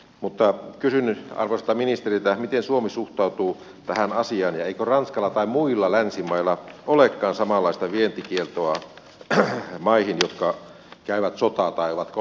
mutta kysyn nyt arvoisalta ministeriltä miten suomi suhtautuu tähän asiaan ja eikö ranskalla tai muilla länsimailla olekaan samanlaista vientikieltoa maihin jotka käyvät sotaa tai ovat konfliktin osapuolia